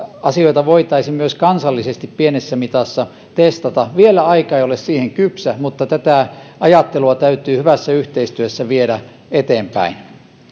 asioita voitaisi myös kansallisesti pienessä mitassa testata vielä aika ei ole siihen kypsä mutta tätä ajattelua täytyy hyvässä yhteistyössä viedä eteenpäin